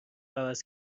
عوض